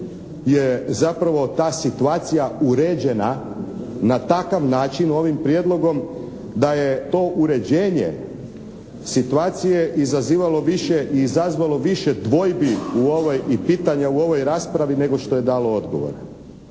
je zapravo ta situacija uređena na takav način ovim prijedlogom da je to uređenje situacije izazivalo više i izazvalo više dvojbi i pitanja u ovoj raspravi nego što je dalo odgovora